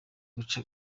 guca